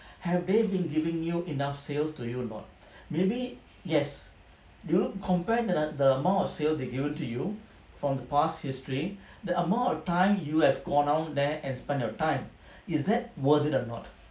have they been giving you enough sales to you or not maybe yes you know compare the the amount of sales they given to you from the past history the amount of time you have gone out there and spend your time is that worth it or not